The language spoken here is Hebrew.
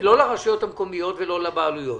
לא לרשויות המקומיות ולא לבעלויות.